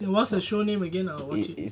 the what's the show name again I will watch it